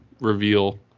reveal